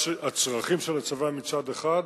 הצרכים של הצבא מצד אחד,